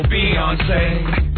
Beyonce